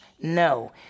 No